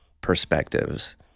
perspectives